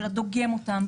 של הדוגם אותן,